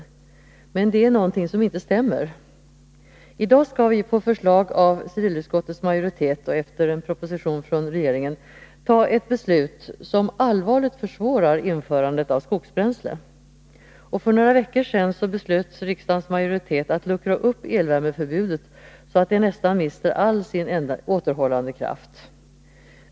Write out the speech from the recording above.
Men det är något som inte stämmer. I dag skall vi på förslag av civilutskottets majoritet och efter en proposition från regeringen fatta ett beslut som allvarligt försvårar införandet av skogsbränsle. För några veckor sedan beslöt riksdagens majoritet att luckra upp elvärmeförbudet, så att det nästan mister all sin återhållande kraft.